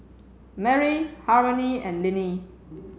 Merri Harmony and Linnie